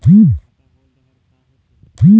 खाता होल्ड हर का होथे?